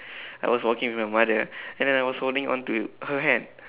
I was walking with my mother then I was holding on to her hand